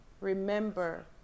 Remember